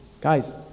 guys